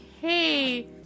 hey